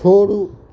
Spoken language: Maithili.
छोड़ू